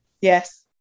Yes